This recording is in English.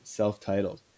self-titled